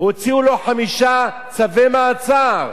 הוציאו לו חמישה צווי מעצר,